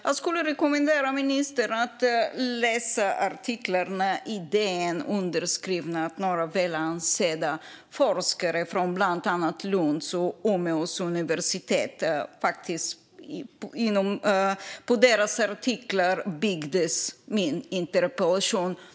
Jag rekommenderar ministern att läsa artiklarna i DN underskrivna av några väl ansedda forskare från bland annat universiteten i Lund och Umeå. Min interpellation byggdes på deras artiklar.